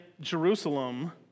Jerusalem